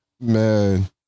man